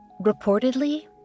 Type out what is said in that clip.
Reportedly